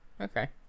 Okay